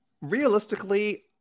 Realistically